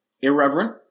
irreverent